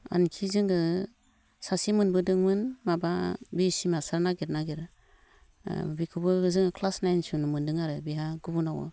आनखि जोङो सासे मोनबोदोंमोन माबा बि ए सि मास्थार नागिर नागिर बेखौबो जोङो क्लास नाइनसिमल' मोन्दों आरो बेहा गुबुनाव